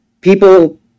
people